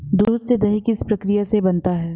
दूध से दही किस प्रक्रिया से बनता है?